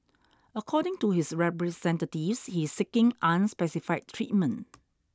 according to his representatives he is seeking unspecified treatment